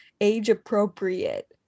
age-appropriate